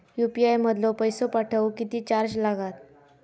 UPI मधलो पैसो पाठवुक किती चार्ज लागात?